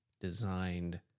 designed